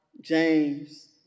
James